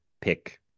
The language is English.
pick